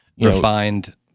Refined—